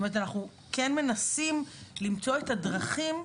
אנחנו כן מנסים למצוא את הדרכים.